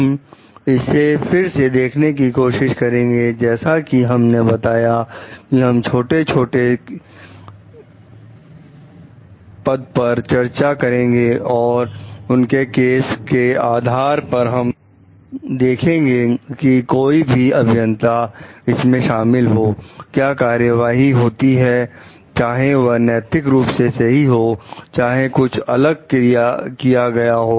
हम इसे फिर से देखने की कोशिश करेंगे जैसा कि हमने बताया कि हम छोटे छोटे के पर चर्चा करेंगे और उनके केस के आधार पर हम देखेंगे कि कोई भी अभियंता इसमें शामिल हो क्या कार्यवाही होती है चाहे वह नैतिक रुप से सही हो चाहे कुछ अलग किया गया हो